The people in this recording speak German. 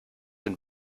denn